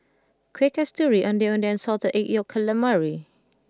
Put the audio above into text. Kueh Kasturi Ondeh Ondeh and Salted Egg Yolk Calamari